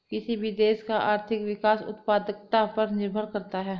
किसी भी देश का आर्थिक विकास उत्पादकता पर निर्भर करता हैं